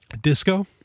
disco